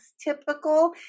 typical